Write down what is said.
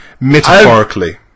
metaphorically